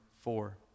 four